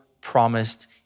promised